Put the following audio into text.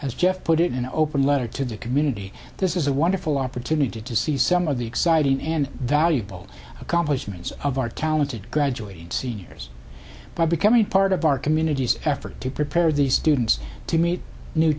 as jeff put it in an open letter to the community this is a wonderful opportunity to see some of the exciting and valuable accomplishments of our talented graduating seniors by becoming part of our communities effort to prepare these students to meet new